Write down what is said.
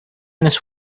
this